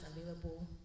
available